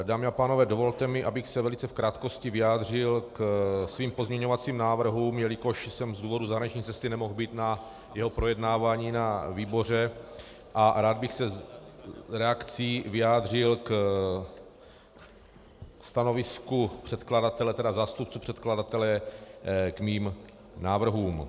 Dámy a pánové, dovolte mi, abych se velice v krátkosti vyjádřil ke svým pozměňovacím návrhům, jelikož jsem z důvodu zahraniční cesty nemohl být na jeho projednávání na výboře a rád bych se s reakcí vyjádřil ke stanovisku předkladatele, tedy zástupce předkladatele, k mým návrhům.